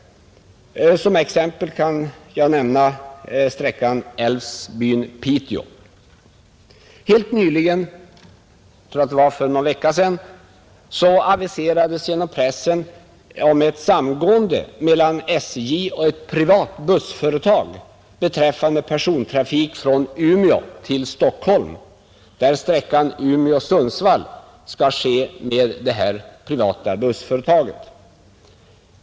Som exempel kan jag nämna sträckan Älvsbyn—Piteå. Helt nyligen — jag tror det var för någon vecka sedan — aviserades genom pressen ett samgående mellan SJ och ett privat bussföretag beträffande persontrafik från Umeå till Stockholm där transporten på sträckan Umeå—Sundsvall skall ske med detta privata bussföretag.